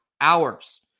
hours